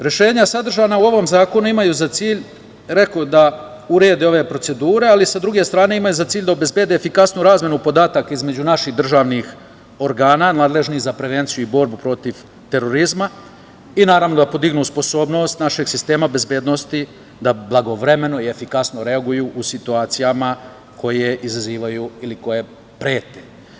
Rešenja sadržana u ovom zakonu imaju za cilj, kao što rekoh, da urede ove procedure, ali sa druge strane imaju za cilj da obezbede efikasnu razmenu podataka između naših državnih organa nadležnih za prevenciju i borbu protiv terorizma i, naravno, da podignu sposobnost našeg sistema bezbednosti, da blagovremeno i efikasno reaguju u situacijama koje izazivaju ili koje prete.